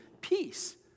peace